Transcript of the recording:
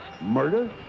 Murder